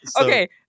okay